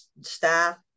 staff